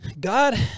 god